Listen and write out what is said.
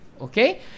okay